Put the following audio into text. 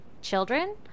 children